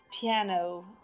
piano